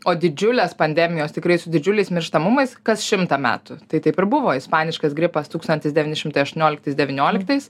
o didžiulės pandemijos tikrai su didžiuliais mirštamumais kas šimtą metų tai taip ir buvo ispaniškas gripas tūkstantis devyni šimtai aštuonioliktais devynioliktais